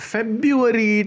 February